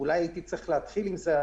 אולי הייתי צריך להתחיל עם זה,